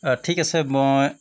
ঠিক আছে মই